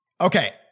Okay